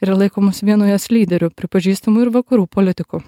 yra laikomas vienu jos lyderių pripažįstamu ir vakarų politikų